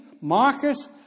Marcus